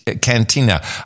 Cantina